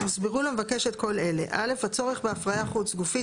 הוסברו למבקשת כל אלה: (א) הצורך בהפריה חוץ גופית,